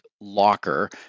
locker